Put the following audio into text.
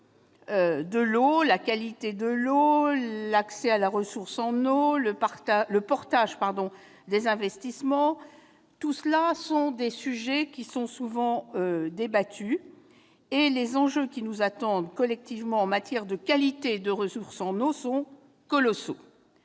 la qualité de l'eau, l'accès à la ressource en eau et le portage des investissements est souvent débattue, et les enjeux qui nous attendent, collectivement, en matière de qualité et de ressource en eau sont colossaux.